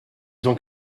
donc